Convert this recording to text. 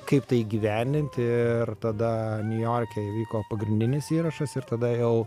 kaip tai įgyvendint ir tada niujorke įvyko pagrindinis įrašas ir tada jau